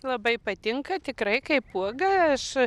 labai patinka tikrai kaip uoga aš